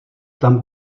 tam